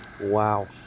Wow